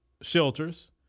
shelters